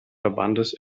verbandes